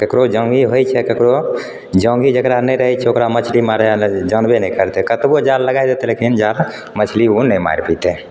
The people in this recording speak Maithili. केकरो जाँघी होइ छै केकरो जाँघी जेकरा नहि रहैत छै ओकरा मछली मारैत आबै जानबे नहि करतै कतबो जाल लगाइ देतै लेकिन जाल मछली ओ नहि मारि पयतै